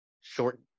short